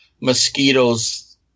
mosquitoes